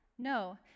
No